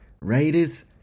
Raiders